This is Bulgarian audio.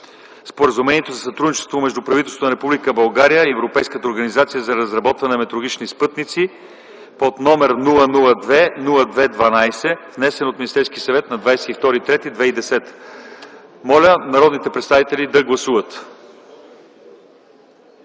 Споразумението за сътрудничество между правителството на Република България и Европейската организация за развитие на метеорологичните спътници, № 002 02 12, внесен от Министерския съвет на 22 март 2010 г. Моля народните представители да гласуват.